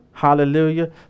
Hallelujah